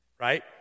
right